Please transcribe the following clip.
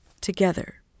together